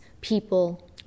people